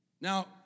Now